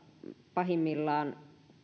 pahimmillaan